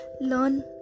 learn